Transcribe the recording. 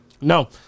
No